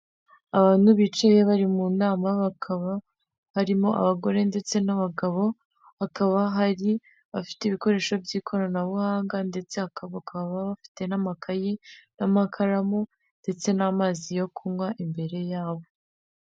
Abantu bicaye bari mu nama, bakaba harimo abagore ndetse n'abagabo bakaba hari abafite ibikoresho by'ikoranabuhanga ndetse bababa bafite n'amakayi n'amakaramu ndetse n'amazi yo kunywa imbere yabo.